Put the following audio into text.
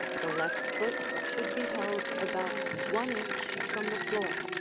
the left foot should be held about one inch from the floor.